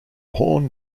horn